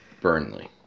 Burnley